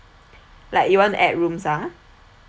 like you want to add rooms ah